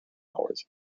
powers